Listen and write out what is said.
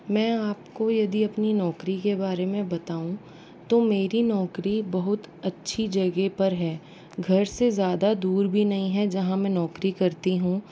मैं आपको यदि अपनी नौकरी के बारे में बताऊँ तो मेरी नौकरी बहुत अच्छी जगह पर है घर से ज़्यादा दूर भी नहीं है जहाँ मैं नौकरी करती हूँ